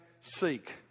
seek